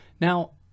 Now